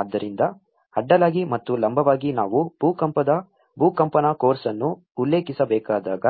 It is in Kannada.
ಆದ್ದರಿಂದ ಅಡ್ಡಲಾಗಿ ಮತ್ತು ಲಂಬವಾಗಿ ನಾವು ಭೂಕಂಪದ ಭೂಕಂಪನ ಕೋರ್ಸ್ ಅನ್ನು ಉಲ್ಲೇಖಿಸಬೇಕಾದಾಗ